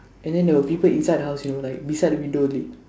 and then there where people inside the house you know like beside the window only